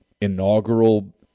inaugural